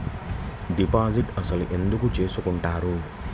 Deposit అసలు ఎందుకు చేసుకుంటారు?